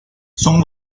son